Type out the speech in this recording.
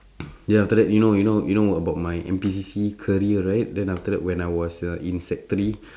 then after that you know you know you know about my N_P_C_C career right then after that when I was uh in sec three